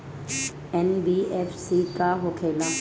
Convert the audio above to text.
NBFC का होंखे ला?